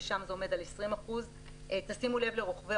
שם זה עומד על 20%. תשימו לב לרוכבי